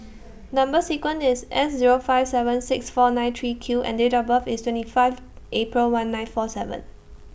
Number sequence IS S Zero five seven six four nine three Q and Date of birth IS twenty five April one nine four seven